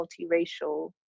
multiracial